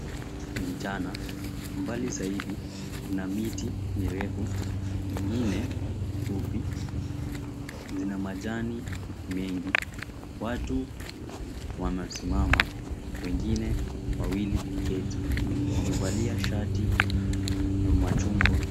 Ni mchana. Mbali zaidi kuna miti mirefu, mingine fupi. Zina majani mengi. Watu wanasimama wengine wawili kuketi. Wamevalia shati ya machungwa.